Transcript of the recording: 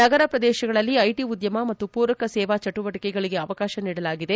ನಗರ ಪ್ರದೇಶಗಳಲ್ಲಿ ಐಟಿ ಉದ್ಲಮ ಮತ್ತು ಪೂರಕ ಸೇವಾ ಚಟುವಟಕೆಗಳಿಗೆ ಅವಕಾಶ ನೀಡಲಾಗಿದೆ